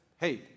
Hey